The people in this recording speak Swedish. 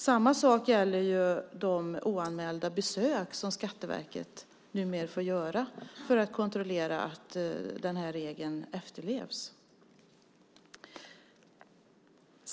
Samma sak gäller ju de oanmälda besök som Skatteverket numera får göra för att kontrollera att den här regeln efterlevs.